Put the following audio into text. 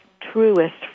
truest